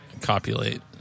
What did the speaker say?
copulate